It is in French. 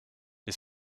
les